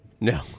No